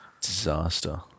disaster